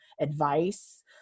advice